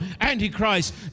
Antichrist